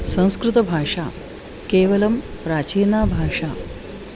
संस्कृतभाषा केवलं प्राचीना भाषा